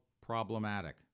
problematic